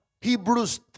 Hebrews